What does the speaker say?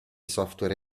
software